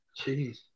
Jeez